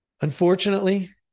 Unfortunately